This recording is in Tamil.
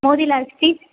மோதிலால் ஸ்ட்ரீட்